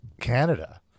Canada